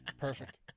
perfect